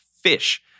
fish